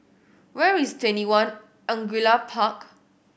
where is TwentyOne Angullia Park